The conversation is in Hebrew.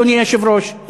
אדוני היושב-ראש,